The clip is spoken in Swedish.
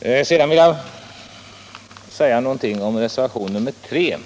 Jag vill också säga någonting om reservationen 3